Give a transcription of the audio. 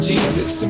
Jesus